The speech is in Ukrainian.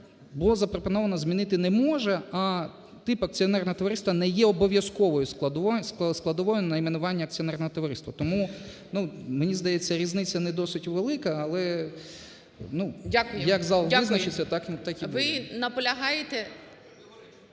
було запропоновано змінити не може, а тип акціонерне товариство не є обов'язковою складовою найменування акціонерного товариства. Тому, мені здається, різниця не досить велика, але … як зал визначиться, так і буде. ГОЛОВУЮЧИЙ. Дякую. Ви наполягаєте